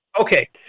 Okay